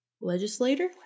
Legislator